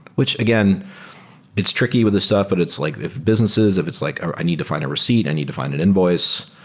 which again it's tricky with this stuff, but it's like if businesses, if it's like ah i need to fi nd a receipt, i need to fi nd an invoice,